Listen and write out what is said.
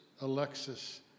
Alexis